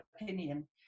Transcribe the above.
opinion